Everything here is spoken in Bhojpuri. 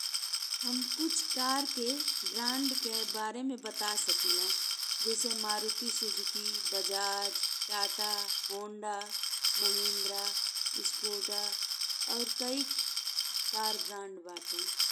हम कुछ चार के ब्रांड के बारे में बता सकिला जइसे Maruti Suzuki, Bajaj, Tata, Honda, Mahindra, Skoda और कइ कार ब्रांड बा।